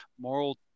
moral